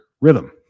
rhythm